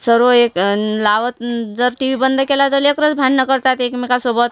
सर्व एक आणि लावत जर टी वी बंद केला का लेकरंच भांडणं करतात एकमेकासोबत